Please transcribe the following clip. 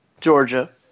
Georgia